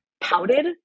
pouted